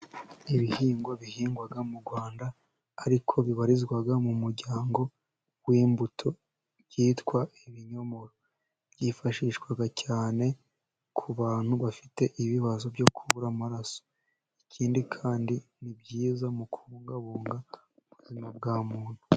Ibihingwa bihingwa mu Rwanda ariko bibarizwa mu muryango w'imbuto, byitwa ibinyomoro. Byifashishwa cyane ku bantu bafite ibibazo byo kubura amaraso. Ikindi kandi ni byiza mu kubungabunga ubuzima bwa muntu.